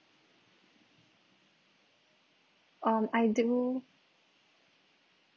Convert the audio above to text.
um I do